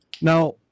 Now